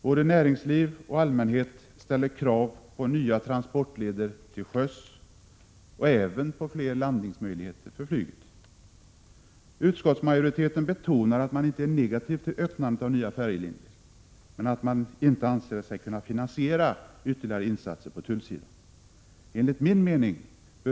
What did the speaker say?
Både näringsliv och allmänhet ställer krav på nya transportleder till sjöss och även på fler landningsmöjligheter för flyget. Utskottsmajoriteten betonar att man inte är negativ till öppnandet av nya färjelinjer men att man inte anser sig kunna finansiera ytterligare insatser på tullsidan. Enligt min mening bör tullverket hitta — Prot.